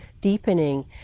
deepening